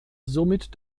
somit